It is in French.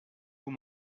vous